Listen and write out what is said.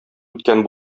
үткән